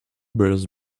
bears